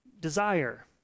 desire